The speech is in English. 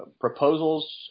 proposals